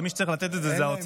מי שצריך לתת את זה הוא האוצר.